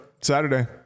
Saturday